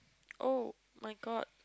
oh-my-god